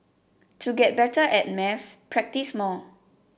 to get better at maths practise more